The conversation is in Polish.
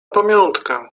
pamiątkę